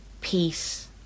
peace